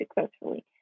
successfully